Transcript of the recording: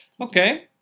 Okay